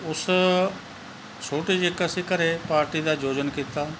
ਉਸ ਛੋਟੇ ਜਿਹੇ ਇੱਕ ਅਸੀਂ ਘਰ ਪਾਰਟੀ ਦਾ ਆਯੋਜਨ ਕੀਤਾ